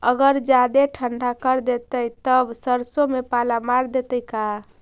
अगर जादे ठंडा कर देतै तब सरसों में पाला मार देतै का?